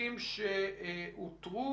אדוני היושב-ראש,